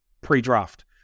pre-draft